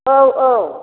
औ औ